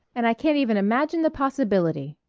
and i can't even imagine the possibility.